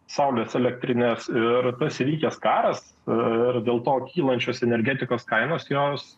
saulės elektrines ir pasilikęs karas ir dėl to kylančios energetikos kainos jos